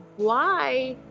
why,